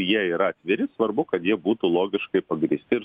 jie yra atviri svarbu kad jie būtų logiškai pagrįsti ir